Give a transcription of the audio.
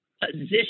position